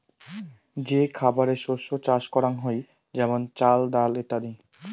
যে খাবারের শস্য চাষ করাঙ হই যেমন চাল, ডাল ইত্যাদি